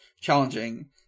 challenging